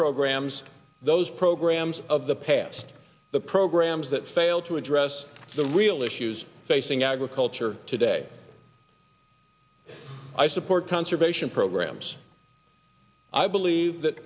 programs those programs of the past the programs that failed to address the real issues facing agriculture today i support conservation programs i believe that